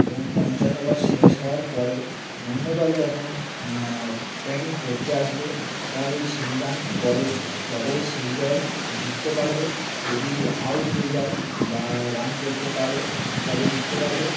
এবং পঞ্চাশ ওভার শেষ হওয়ার পরে অন্য দল যখন ব্যাটিং করতে আসবে তারা যদি সেই রান করে তবে সেই দল জিততে পারবে যদি আউট হয়ে যায় বা রান করতে পারে তবে জিততে পারবে